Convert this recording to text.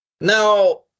Now